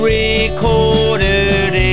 recorded